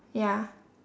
ya